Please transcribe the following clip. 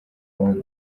rwanda